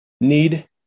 need